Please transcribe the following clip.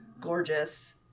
gorgeous